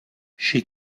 she